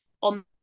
on